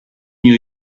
new